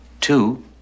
Two